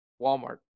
Walmart